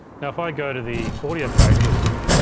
now if i go to the audio page there's some,